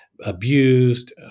abused